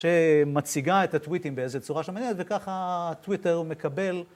שמציגה את הטוויטים באיזה צורה שמעניינת וככה הטוויטר מקבל